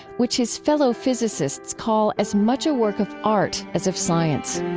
which his fellow physicists call as much a work of art as of science